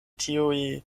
tiuj